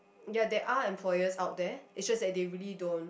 ya there are employers out there it's just that they really don't